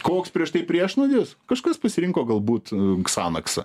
koks prieš tai priešnuodis kažkas pasirinko galbūt ksanaksą